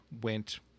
went